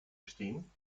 gestehen